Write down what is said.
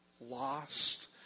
lost